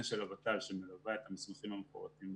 של הות"ל שמלווה את המסמכים המפורטים,